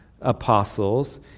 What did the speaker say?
apostles